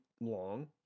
long